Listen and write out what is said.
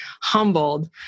humbled